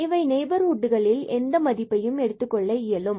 இவை நெய்பர்ஹுட்டுகளில் எந்த மதிப்பையும் எடுத்துக் கொள்ள இயலும்